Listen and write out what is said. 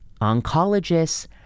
oncologists